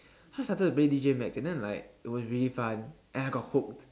so I started to play D_J-max and then like it was really fun and I got hooked